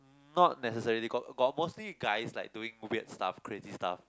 um not necessary they got got mostly guys like doing weird stuff crazy stuff